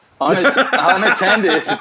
Unattended